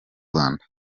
rwanda